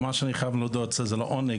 ממש אני חייב להודות שזה לעונג,